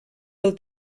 pel